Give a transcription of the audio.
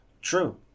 True